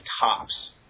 tops